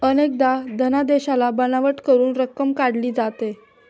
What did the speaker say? अनेकदा धनादेशाला बनावट करून रक्कम काढली जाते